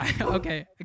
Okay